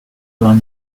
run